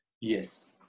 Yes